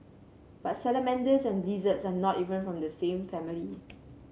but salamanders and lizards are not even from the same family